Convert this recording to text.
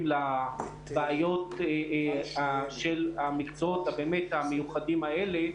לבעיות של המקצועות באמת המיוחדים האלה,